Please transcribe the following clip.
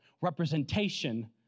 representation